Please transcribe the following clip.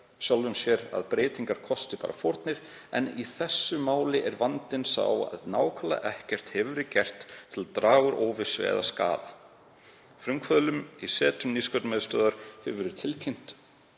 sjálfum sér að breytingar kosti bara fórnir en í þessu máli er vandinn sá að nákvæmlega ekkert hefur verið gert til að draga úr óvissu og skaða. Frumkvöðlum í setrum Nýsköpunarmiðstöðvar hefur verið tilkynnt